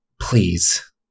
please